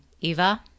Eva